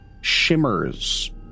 shimmers